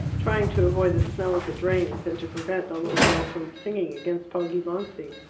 trying to avoid the smell of the drains and to prevent the little girl from singing against poggibonsi.